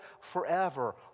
forever